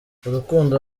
urukundo